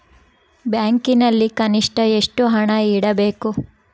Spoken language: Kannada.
ಬ್ಯಾಂಕಿನಲ್ಲಿ ಕನಿಷ್ಟ ಎಷ್ಟು ಹಣ ಇಡಬೇಕು?